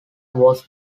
was